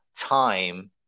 time